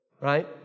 Right